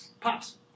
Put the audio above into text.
Pops